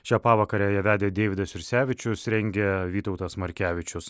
šią pavakarę ją vedė deividas jursevičius rengia vytautas markevičius